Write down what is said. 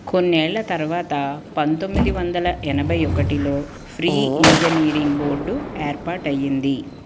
కొన్నేళ్ళ తర్వాత పంతొమ్మిది వందల ఎనభై ఒకటిలో ఫ్రీ ఇంజనీరింగ్ బోర్డు ఏర్పాటయ్యింది